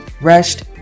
rushed